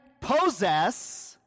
possess